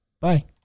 Bye